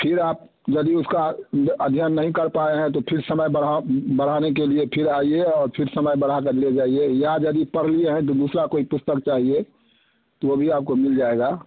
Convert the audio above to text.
फिर आप यदि उसका अध्ययन नहीं कर पाए हैं तो फिर समय बढ़ाने के लिए फिर आइए और फिर समय बढ़ाकर ले जाइए या यदि पढ़ लिए हैं तो दूसरा कोई पुस्तक चाहिए तो वो भी आपको मिल जाएगा